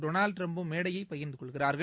Donald டிரம்ப்பும் மேடையை பகிர்ந்து கொள்கிறார்கள்